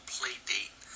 Playdate